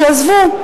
עזבו,